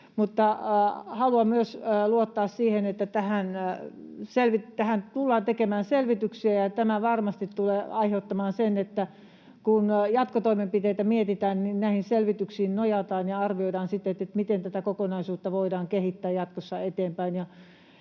haluan myös luottaa siihen, että tähän tullaan tekemään selvityksiä, ja tämä varmasti tulee aiheuttamaan sen, että kun jatkotoimenpiteitä mietitään, niin näihin selvityksiin nojataan ja arvioidaan sitten, miten tätä kokonaisuutta voidaan kehittää jatkossa eteenpäin.